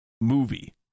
Movie